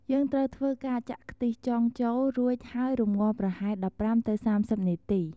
យើងត្រូវធ្វើការចាក់ខ្ទិះចុងចូល រួចហើយរំងាស់ប្រហែល ១៥ទៅ៣០នាទី។